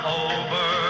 over